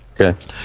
Okay